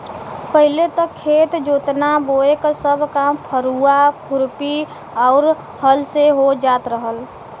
पहिले त खेत जोतना बोये क सब काम फरुहा, खुरपी आउर हल से हो जात रहल